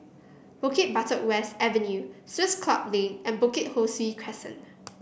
Bukit Batok West Avenue Swiss Club Lane and Bukit Ho Swee Crescent